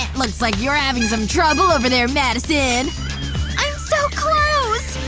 and looks like you're having some trouble over there, madison i'm so close!